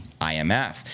IMF